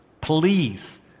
please